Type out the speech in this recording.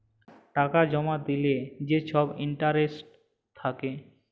টাকা জমা দিলে যে ছব ইলটারেস্ট থ্যাকে